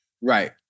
Right